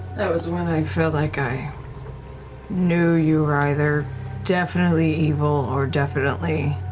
that was when i felt like i knew you were either definitely evil or definitely